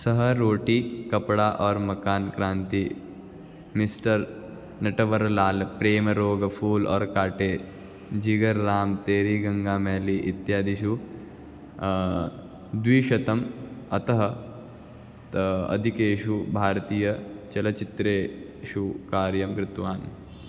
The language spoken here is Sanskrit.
सः रोटि कप्डा और् मकान् क्रान्ति मिस्टर् नटवर्लाल प्रेमरोग फूल् ओर् काटे जिगर् राम् तेरी गङ्गा मेलि इत्यादिषु द्विशतम् अतः अधिकेषु भारतीयचलच्चित्रेषु कार्यं कृतवान्